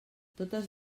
totes